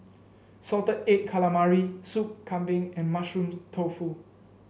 Salted Egg Calamari Sup Kambing and Mushroom Tofu